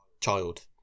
child